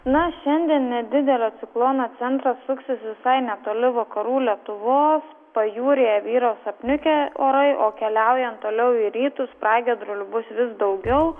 na šiandien nedidelio ciklono centras suksis visai netoli vakarų lietuvos pajūryje vyraus apniukę orai o keliaujant toliau į rytus pragiedrulių bus vis daugiau